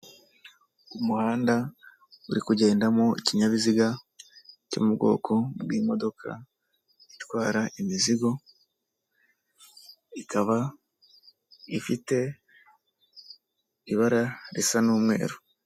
Umuhanda uri kugendamo ikinyabiziga cyo mu bwoko bw'imodoka itwara imizigo ikaba ifite ibara risa n'umweru.